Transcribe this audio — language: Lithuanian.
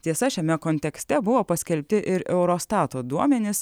tiesa šiame kontekste buvo paskelbti ir eurostato duomenys